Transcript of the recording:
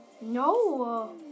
No